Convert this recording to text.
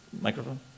Microphone